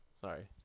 Sorry